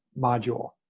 module